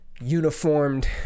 uniformed